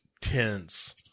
tense